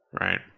right